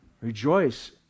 Rejoice